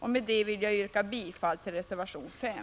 Med detta vill jag yrka bifall till reservation 5.